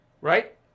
right